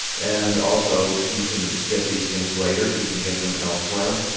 and also, you can get these things later. you can get them elsewhere.